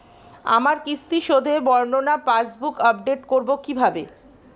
আমার কিস্তি শোধে বর্ণনা পাসবুক আপডেট করব কিভাবে?